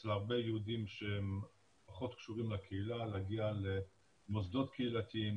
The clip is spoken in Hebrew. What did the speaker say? אצל הרבה יהודים שהם פחות קשורים לקהילה להגיע למוסדות קהילתיים,